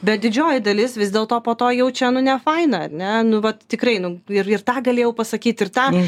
bet didžioji dalis vis dėlto po to jaučia nu ne faina ar ne nu vat tikrai nu ir ir tą galėjau pasakyt ir tą